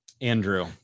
Andrew